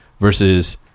versus